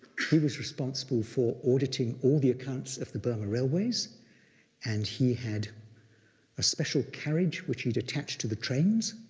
he was responsible for auditing all the accounts of the burma railways and he had a special carriage, which he'd attach to the trains,